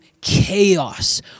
chaos